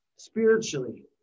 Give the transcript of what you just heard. spiritually